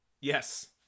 Yes